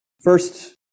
First